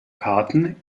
karten